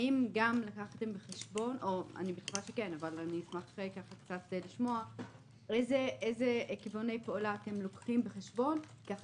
אני אשמח לשמוע איזה כיווני פעולה אתם לוקחים בחשבון כך